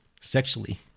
Sexually